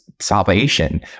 salvation